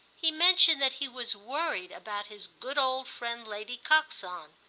he mentioned that he was worried about his good old friend lady coxon,